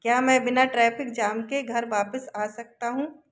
क्या मैं बिना ट्रैफिक जाम के घर वापस आ सकता हूँ